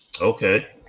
Okay